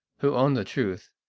who owned the truth,